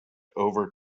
over